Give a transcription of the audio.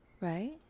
Right